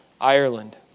Ireland